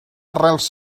arrels